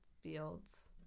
fields